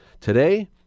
Today